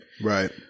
right